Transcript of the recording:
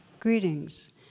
Greetings